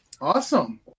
awesome